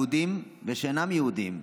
יש יהודים ושאינם יהודים,